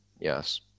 Yes